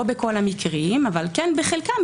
לא בכל המקרים אבל כן בחלקם,